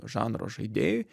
žanro žaidėjui